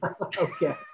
Okay